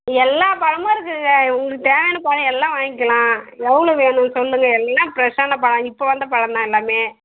எல்லா பழமும் இருக்குதுங்க உங்களுக்கு தேவையான பழம் எல்லாம் வாங்கிக்கிலாம் எவ்வளோ வேணும் சொல்லுங்க எல்லாம் ஃப்ரெஷ்ஷான பழம் இப்போ வந்த பழம்தான் எல்லாமே